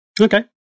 Okay